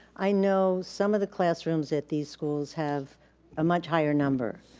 i know some of the classrooms at these schools have a much higher number.